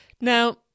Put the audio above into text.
Now